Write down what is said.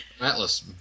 Atlas